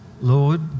Lord